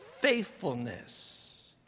faithfulness